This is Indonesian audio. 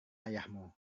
ayahmu